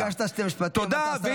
תודה רבה,